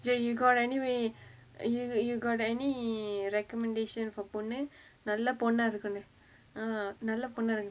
then you got anyway you you got a any recommendation for பொன்னு நல்ல பொண்ணா இருக்கனு:ponnu nalla ponnaa irukkanu err நல்ல பொண்ணா:nalla ponnaa iruk~